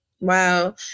Wow